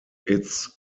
its